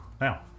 now